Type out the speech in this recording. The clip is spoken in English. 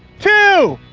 two,